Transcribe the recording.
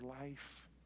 life